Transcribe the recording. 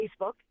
Facebook